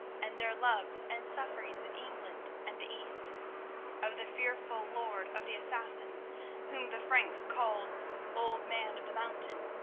and their loves and sufferings in england and the east of the fearful lord of the assassins whom the franks called old man of the mountain,